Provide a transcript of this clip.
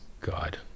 God